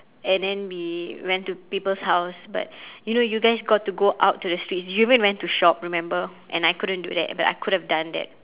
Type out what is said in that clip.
and then we went to people's house but you know you guys got to go out to the streets you even went to shop remember and I couldn't do that but I could've done that